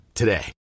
today